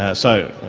ah so,